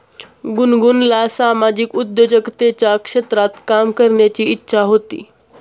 गुनगुनला सामाजिक उद्योजकतेच्या क्षेत्रात काम करण्याची इच्छा होती